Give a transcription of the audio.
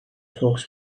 folks